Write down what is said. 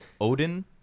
Odin